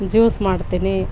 juice ಮಾಡ್ತೀನಿ